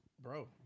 Bro